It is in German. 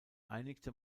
einigte